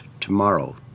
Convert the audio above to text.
tomorrow